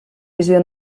visió